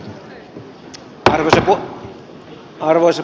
arvoisa puhemies